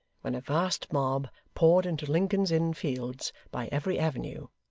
when a vast mob poured into lincoln's inn fields by every avenue,